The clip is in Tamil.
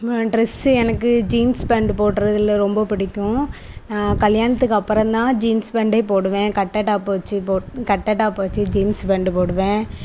ட்ரெஸ் எனக்கு ஜீன்ஸ் பேண்டு போடுறதுல ரொம்ப பிடிக்கும் கல்யாணத்துக்கப்புறம் தான் ஜீன்ஸ் பேண்டே போடுவேன் கட்டை டாப் வச்சு போட் கட்டை டாப் வச்சு ஜீன்ஸ் பேண்டு போடுவேன்